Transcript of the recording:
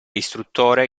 istruttore